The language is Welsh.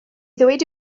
ddweud